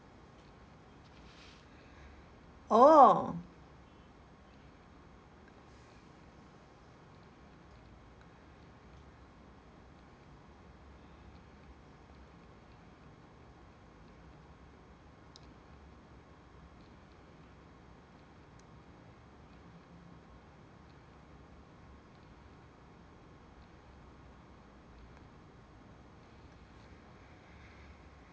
oh